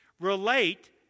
relate